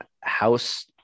house